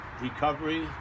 Recovery